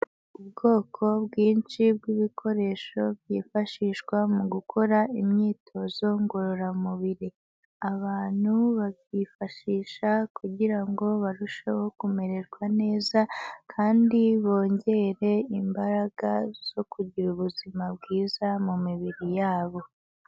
Ubwoko bwinshi bw'ibikoresho byifashishwa mu gukora imyitozo ngororamubiri. Abantu babyifashisha kugira ngo barusheho kumererwa neza kandi bongere imbaraga zo kugira ubuzima bwiza mu mibiri yabo.